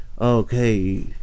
okay